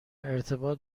ارتباط